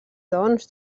doncs